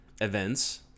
events